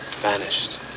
Vanished